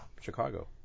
chicago